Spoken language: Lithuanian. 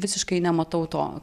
visiškai nematau to